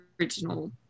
original